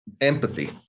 empathy